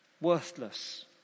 worthless